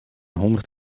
honderd